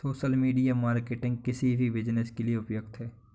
social media marketing किसी भी business के लिए उपयुक्त है